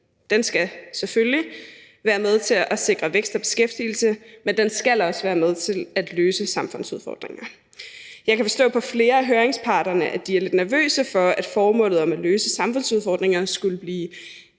være med til at sikre vækst og beskæftigelse, men den skal også være med til at løse samfundsudfordringer. Jeg kan forstå på flere af høringsparterne, at de er lidt nervøse for, at formålet om at løse samfundsudfordringerne bliver